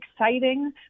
exciting